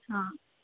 हाँ